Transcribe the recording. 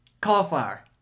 Cauliflower